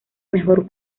mejor